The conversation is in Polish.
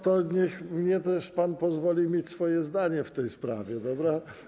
To niech mnie też pan pozwoli mieć swoje zdanie w tej sprawie, dobra?